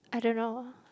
I don't know